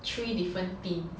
three different themes